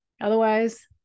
Otherwise